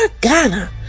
Ghana